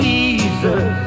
Jesus